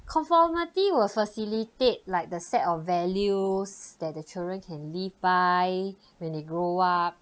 conformity will facilitate like the set of values that the children can live by when they grow up